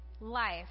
life